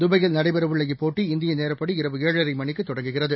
தபாயில் நடைபெறவுள்ள இப்போட்டி இந்திய நேரடிப்படி இரவு ஏழரை மணிக்கு தொடங்குகிறது